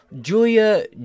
Julia